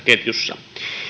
ketjussa